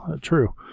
true